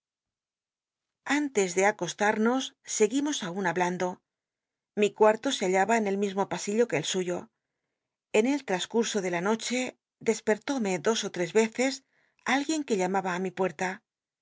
antes de acostarnos seguimos aun hablando mi enarto se hallaba en el mismo pasillo que el suyo en elltascurso de la n och e despert ómc clos ó ttcs l'cces alej icn que llamaba á mi puerta